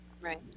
right